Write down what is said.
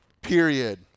period